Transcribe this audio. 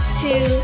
two